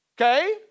Okay